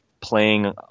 playing